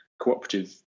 cooperative